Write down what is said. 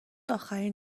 اخرین